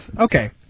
okay